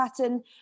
pattern